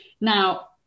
now